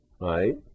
right